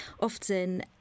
often